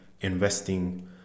investing